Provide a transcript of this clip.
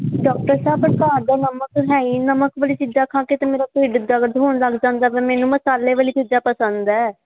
doctor ਸਾਹਿਬ ਦੇ ਨਮਕ ਹੈ ਨਮਕ ਬੜੀ ਸਿੱਧਾ ਖਾ ਕੇ ਤੇ ਮੇਰਾ ਪਿੰਡ ਦਾ ਗਧ ਹੋਣ ਲੱਗ ਜਾਂਦਾ ਮੈਨੂੰ ਮਸਾਲੇ ਵਾਲੀ ਚੀਜ਼ਾਂ ਪਸੰਦ ਹੈ